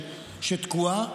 שתקועה.